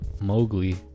Mowgli